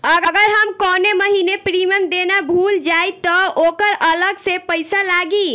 अगर हम कौने महीने प्रीमियम देना भूल जाई त ओकर अलग से पईसा लागी?